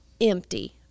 empty